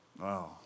Wow